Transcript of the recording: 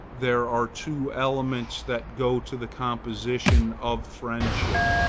there are two elements that go to the composition of friendship,